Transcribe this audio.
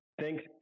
thanks